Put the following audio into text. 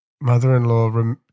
mother-in-law